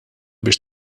biex